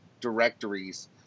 directories